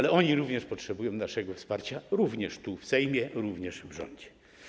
Lekarze również potrzebują naszego wsparcia, również tu w Sejmie, również w rządzie.